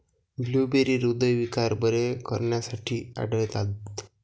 blueberry हृदयविकार बरे करण्यासाठी आढळतात